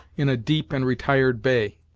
in a deep and retired bay,